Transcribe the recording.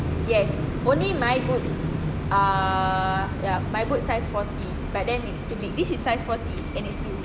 yes only my boots are ya my boot size forty but then is too big this is size forty and is loose